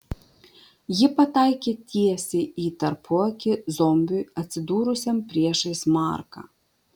ji pataikė tiesiai į tarpuakį zombiui atsidūrusiam priešais marką